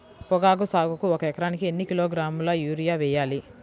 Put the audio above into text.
పొగాకు సాగుకు ఒక ఎకరానికి ఎన్ని కిలోగ్రాముల యూరియా వేయాలి?